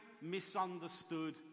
misunderstood